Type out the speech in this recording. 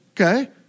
okay